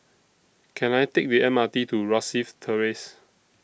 Can I Take The M R T to Rosyth Terrace